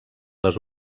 les